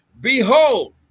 Behold